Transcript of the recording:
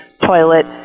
toilet